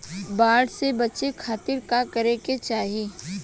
बाढ़ से बचे खातिर का करे के चाहीं?